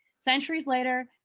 centuries later,